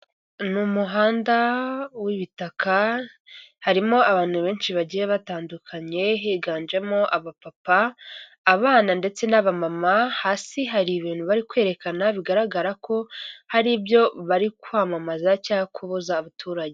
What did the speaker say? Mu muhanda w'ibitaka harimo abantu benshi bagiye batandukanye higanjemo abapapa, abana ndetse n'abamama, hasi hari ibintu bari kwerekana bigaragara ko hari ibyo bari kwamamaza cyangwa kubuza abaturage.